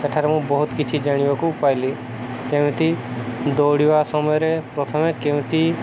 ସେଠାରେ ମୁଁ ବହୁତ କିଛି ଜାଣିବାକୁ ପାଇଲି ଯେମିତି ଦୌଡ଼ିବା ସମୟରେ ପ୍ରଥମେ କେମିତି